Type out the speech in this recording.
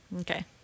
Okay